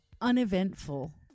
Uneventful